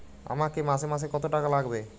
আমাকে মাসে মাসে কত টাকা লাগবে?